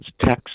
text